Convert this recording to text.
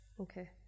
Okay